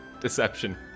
Deception